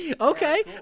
okay